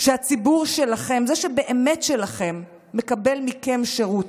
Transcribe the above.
שהציבור שלכם, זה שבאמת שלכם, מקבל מכם שירות,